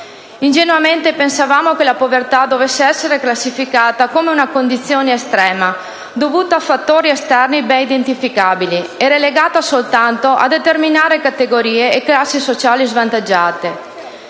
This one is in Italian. Ingenuamente pensavamo che la povertà dovesse essere classificata come una condizione estrema dovuta a fattori esterni ben identificabili e relegata soltanto a determinate categorie e classi sociali svantaggiate.